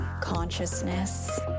consciousness